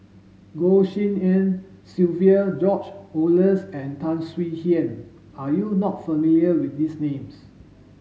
Goh Tshin En Sylvia George Oehlers and Tan Swie Hian are you not familiar with these names